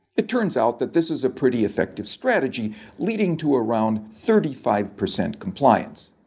it turns out that this is a pretty effective strategy leading to around thirty five percent compliance.